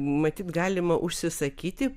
matyt galima užsisakyti